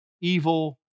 evil